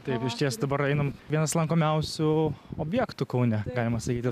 taip išties dabar einam vienas lankomiausių objektų kaune galima sakyti